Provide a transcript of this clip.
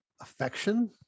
Affection